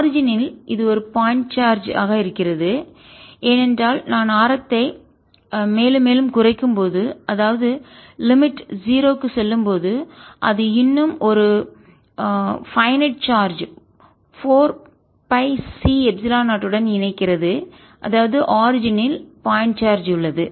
origin யில் தோற்றத்தில் இது ஒரு பாயிண்ட் சார்ஜ் இருக்கிறது ஏனென்றால் நான் ஆரத்தை நான் மேலும் மேலும் குறைக்கும் போது அதாவது லிமிட் 0 க்கு செல்லும் போது அது இன்னும் ஒரு வரையறுக்கப்பட்ட finite charge 4 pi C epsilon 0 உடன் இணைக்கிறது அதாவது ஆரிஜின் யில் பாயிண்ட் சார்ஜ் உள்ளது